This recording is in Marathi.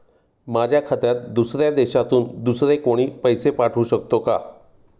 माझ्या खात्यात दुसऱ्या देशातून दुसरे कोणी पैसे पाठवू शकतो का?